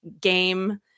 game